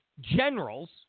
generals